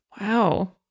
Wow